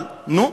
אבל נו,